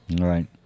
Right